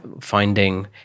finding